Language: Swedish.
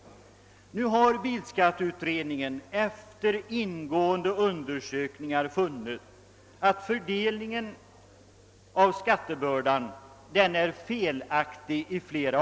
Nu har bilskatteutredningen efter ingående undersökningar funnit att fördelningen av skattebördan i flera avseenden är felaktig.